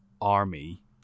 army